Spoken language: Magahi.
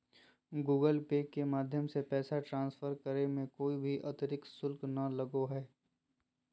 गूगल पे के माध्यम से पैसा ट्रांसफर करे मे कोय भी अतरिक्त शुल्क नय लगो हय